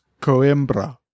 Coimbra